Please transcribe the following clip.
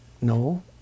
No